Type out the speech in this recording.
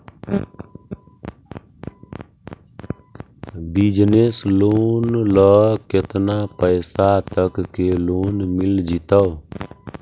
Business loan ल केतना पैसा तक के लोन मिल जितै?